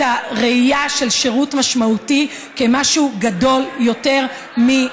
הראייה של שירות משמעותי כמשהו גדול יותר,